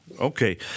Okay